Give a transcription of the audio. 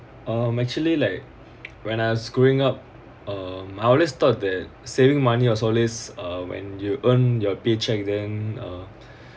um actually like when I was growing up um I always thought that saving money was always uh when you earn your paycheck then uh